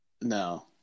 No